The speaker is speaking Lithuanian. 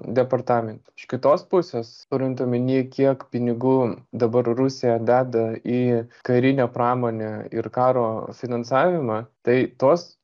departamente iš kitos pusės turint omeny kiek pinigų dabar rusija deda į karinę pramonę ir karo finansavimą tai tuos